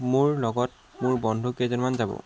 মোৰ লগত মোৰ বন্ধু কেইজনমান যাব